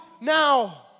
now